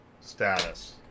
status